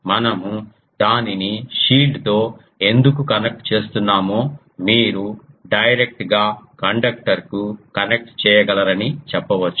మనము దానిని షీల్డ్తో ఎందుకు కనెక్ట్ చేస్తున్నామో మీరు డైరెక్ట్ గా కండక్టర్కు కనెక్ట్ చేయగలరని చెప్పవచ్చు